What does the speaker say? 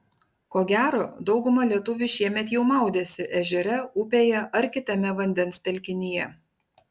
ko gero dauguma lietuvių šiemet jau maudėsi ežere upėje ar kitame vandens telkinyje